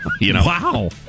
Wow